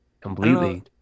Completely